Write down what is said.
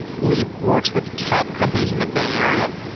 leap works with top companies in the bay area,